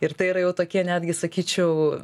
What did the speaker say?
ir tai yra jau tokie netgi sakyčiau